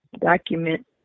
document